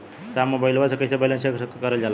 साहब मोबइलवा से कईसे बैलेंस चेक करल जाला?